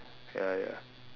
ya ya